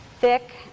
thick